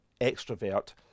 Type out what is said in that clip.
extrovert